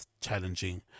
challenging